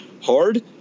hard